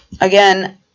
Again